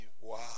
Wow